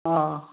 অঁ